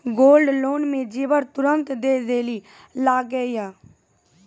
Gold loan मे जेबर तुरंत दै लेली लागेया?